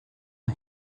him